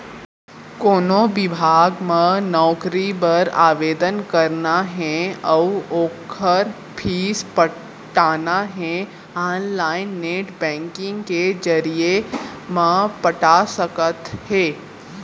कोनो बिभाग म नउकरी बर आवेदन करना हे अउ ओखर फीस पटाना हे ऑनलाईन नेट बैंकिंग के जरिए म पटा सकत हे